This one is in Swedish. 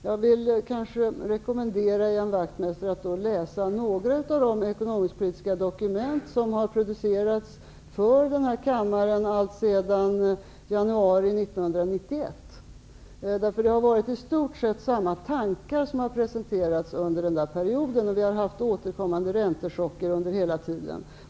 Jag vill rekommendera Ian Wachtmeister att läsa några av de ekonomisk-politiska dokument som har producerats för den här kammaren alltsedan januari 1991. Det har varit i stort sett samma tankar som har presenterats under den perioden, och vi har haft återkommande räntechocker under hela tiden.